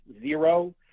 zero